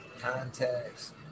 contacts